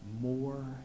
more